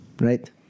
Right